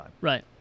Right